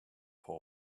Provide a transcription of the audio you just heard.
for